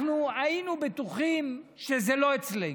אנחנו היינו בטוחים שזה לא אצלנו.